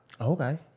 Okay